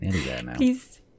Please